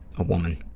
a woman?